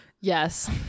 yes